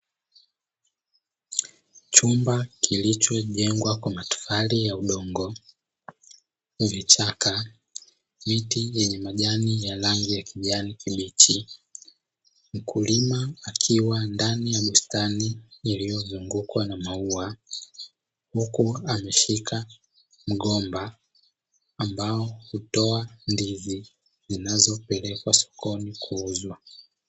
chumba kilichojengwa kwa matofali ya udongo, vichaka, miti yenye majani ya rangi ya kijani kibichi, mkulima akiwa ndani ya bustani iliyozungukwa na maua, huku ameshika mgomba ambao hutoa ndizi zinazo pelekwa sokoni kuuzwa.